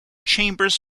chambers